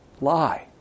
lie